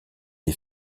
des